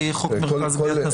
הישיבה ננעלה בשעה 14:04.